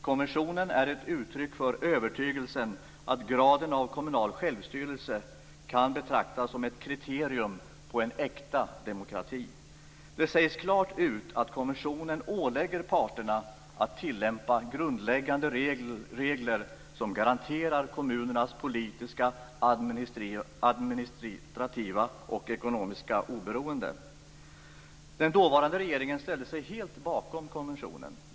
Konventionen är ett uttryck för övertygelsen att graden av kommunal självstyrelse kan betraktas som ett kriterium på en äkta demokrati. Det sägs klart ut att "konventionen ålägger parterna att tillämpa grundläggande regler som garanterar kommunernas politiska, administrativa och ekonomiska oberoende." Den dåvarande regeringen ställde sig helt bakom konventionen.